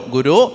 Guru